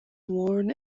worn